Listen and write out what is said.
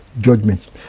judgment